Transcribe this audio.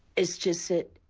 it's just that